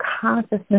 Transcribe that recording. consciousness